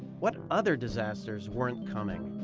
what other disasters weren't coming?